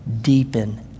deepen